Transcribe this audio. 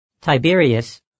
Tiberius